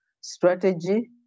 strategy